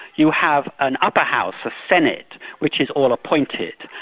you have an upper house of senate which is all appointed,